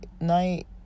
night